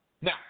Now